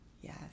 Yes